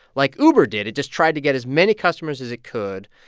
like uber did it just tried to get as many customers as it could,